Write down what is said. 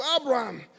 Abraham